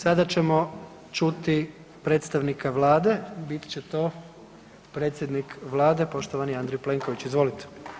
Sada ćemo čuti predstavnika vlade, bit će to predsjednik vlade, poštovani Andrej Plenković, izvolite.